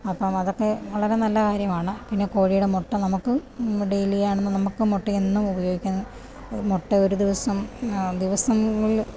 അപ്പോള് അതൊക്കെ വളരെ നല്ല കാര്യമാണ് പിന്നെ കോഴിയുടെ മുട്ട നമുക്ക് ഡെയിലി ആണന്നു നമുക്ക് മുട്ട എന്നും ഉപയോഗിക്കാം മുട്ട ഒരു ദിവസം ദിവസങ്ങള്